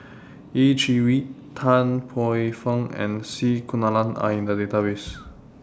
Yeh Chi Wei Tan Paey Fern and C Kunalan Are in The Database